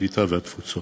הקליטה והתפוצות.